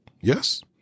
Yes